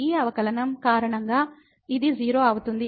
ఈ అవకలనం కారణంగా ఇది 0 అవుతుంది